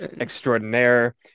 extraordinaire